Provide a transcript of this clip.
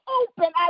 open